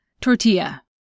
tortilla